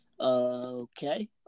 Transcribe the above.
Okay